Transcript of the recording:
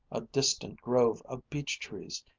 a distant grove of beech-trees,